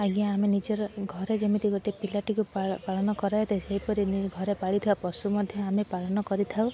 ଆଜ୍ଞା ଆମେ ନିଜର ଘରେ ଯେମିତି ଗୋଟିଏ ପିଲାଟିକୁ ପାଳନ କରାଯାଇଥାଏ ସେହିପରି ନେଇ ଘରେ ପାଳିଥିବା ପଶୁ ମଧ୍ୟ ଆମେ ପାଳନ କରିଥାଉ